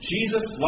Jesus